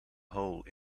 hole